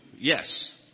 Yes